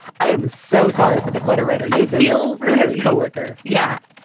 i am so sorry for this letter writer. you feel rude as co-worker. yeah.